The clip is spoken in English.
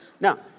Now